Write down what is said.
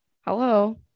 hello